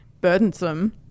burdensome